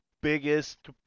biggest